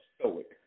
stoic